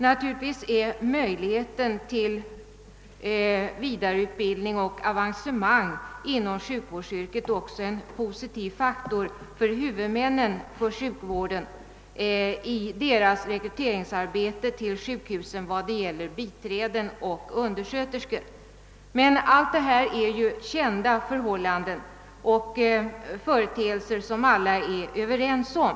Naturligtvis är möjligheten till vidareutbildning och avancemang inom sjukvårdsyrket också en positiv faktor för sjukvårdens huvudmän i deras rekryteringsarbete till sjukhusen vad beträffar biträden och undersköterskor. Men allt detta är ju kända förhållanden och företeelser som alla är överens om.